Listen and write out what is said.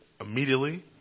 immediately